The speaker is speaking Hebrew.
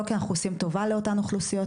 לא כי אנחנו עושים טובה לאותן אוכלוסיות,